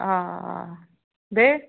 بیٚیہِ